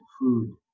food